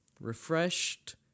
Refreshed